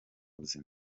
buzima